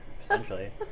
Essentially